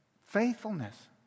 faithfulness